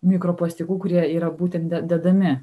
mikroplastikų kurie yra būtent de dedami